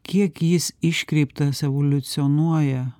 kiek jis iškreiptas evoliucionuoja